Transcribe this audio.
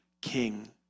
king